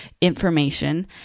information